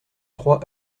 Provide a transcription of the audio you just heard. trois